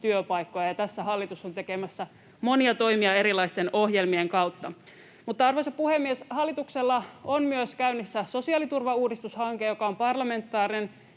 ja tässä hallitus on tekemässä monia toimia erilaisten ohjelmien kautta. Mutta, arvoisa puhemies, hallituksella on myös käynnissä sosiaaliturvauudistushanke, joka on parlamentaarinen